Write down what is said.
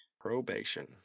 Probation